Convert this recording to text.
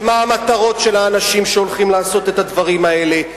ומה המטרות של האנשים שהולכים לעשות את הדברים האלה.